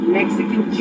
Mexican